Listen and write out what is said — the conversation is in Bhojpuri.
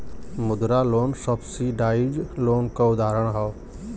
मुद्रा लोन सब्सिडाइज लोन क उदाहरण हौ